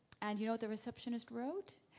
and you know what the receptionist wrote?